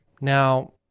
Now